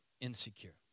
insecure